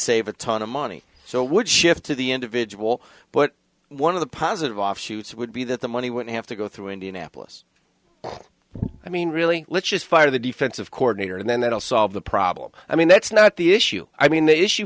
save a ton of money so would shift to the individual but one of the positive offshoots would be that the money would have to go through indianapolis i mean really let's just fire the defensive coordinator and then that will solve the problem i mean that's not the issue i mean the issue